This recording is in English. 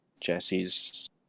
jesse's